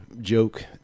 joke